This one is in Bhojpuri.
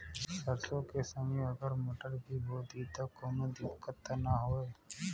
सरसो के संगे अगर मटर भी बो दी त कवनो दिक्कत त ना होय?